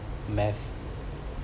math